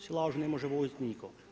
Silaž ne može voziti nitko.